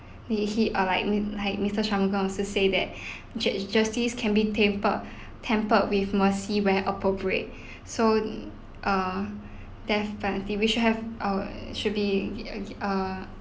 are like mi~ like mister shanmugam also say that ju~ justice can be temper tempered with mercy where appropriate so uh death penalty we should have our should be uh